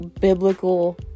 biblical